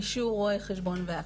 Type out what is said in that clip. כולל אישור רואה חשבון והכל.